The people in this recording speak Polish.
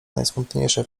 najsmutniejsze